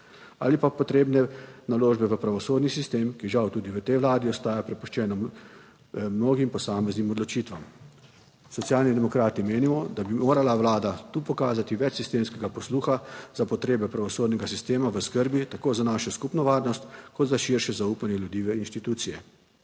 ali pa potrebne naložbe v pravosodni sistem, ki žal tudi v tej vladi ostaja prepuščena mnogim posameznim odločitvam. Socialni demokrati menimo, da bi morala Vlada tu pokazati več sistemskega posluha za potrebe pravosodnega sistema. V skrbi tako za našo skupno varnost kot za širše zaupanje ljudi v institucije.